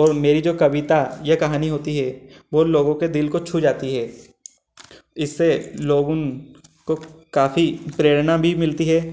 और मेरी जो कविता या कहानी होती है वह लोगों के दिल को छु जाती है इससे लोगों को काफ़ी प्रेरणा भी मिलती है